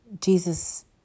Jesus